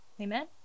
amen